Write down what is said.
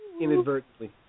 inadvertently